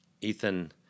Ethan